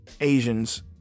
Asians